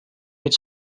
its